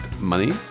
Money